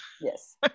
yes